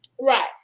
Right